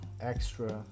extra